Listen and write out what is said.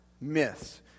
myths